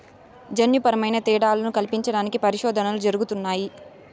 జన్యుపరమైన తేడాలను కల్పించడానికి పరిశోధనలు జరుగుతున్నాయి